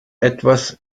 etwas